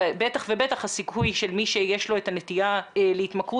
ובטח ובטח הסיכוי של מי שיש לו את הנטייה להתמכרות,